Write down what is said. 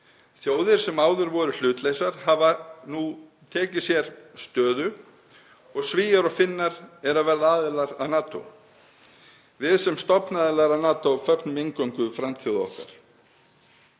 Þjóðir sem áður voru hlutlausar hafa nú tekið sér stöðu og Svíar og Finnar eru að verða aðilar að NATO. Við sem stofnaðilar að NATO fögnum inngöngu frændþjóða okkar.